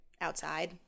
outside